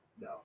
no